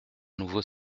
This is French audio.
nouveau